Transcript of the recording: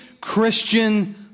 Christian